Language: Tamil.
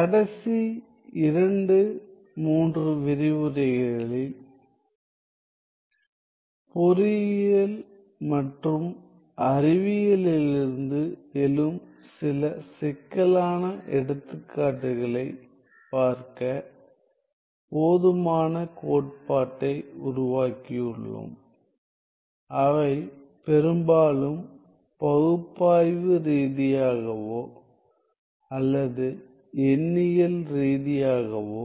கடைசி 2 3 விரிவுரைகளில் பொறியியல் மற்றும் அறிவியலிலிருந்து எழும் சில சிக்கலான எடுத்துக்காட்டுகளைப் பார்க்க போதுமான கோட்பாட்டை உருவாக்கியுள்ளோம் அவை பெரும்பாலும் பகுப்பாய்வு ரீதியாகவோ அல்லது எண்ணியல் ரீதியாகவோ